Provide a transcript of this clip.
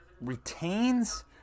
retains